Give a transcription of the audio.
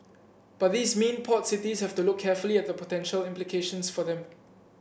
but these mean port cities have to look carefully at the potential implications for them